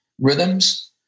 rhythms